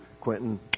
Quentin